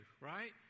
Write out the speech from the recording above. right